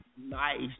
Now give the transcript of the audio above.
Nice